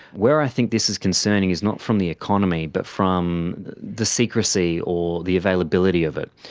where i think this is concerning is not from the economy but from the secrecy or the availability of it.